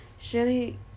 surely